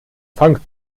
funk